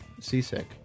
seasick